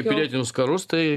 į pilietinius karus tai